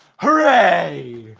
hooray!